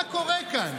מה קורה כאן?